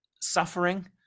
suffering